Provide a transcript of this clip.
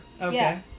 Okay